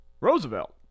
roosevelt